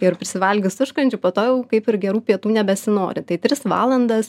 ir prisivalgius užkandžių po to jau kaip ir gerų pietų nebesinori tai tris valandas